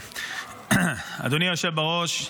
אדוני היושב בראש,